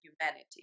humanity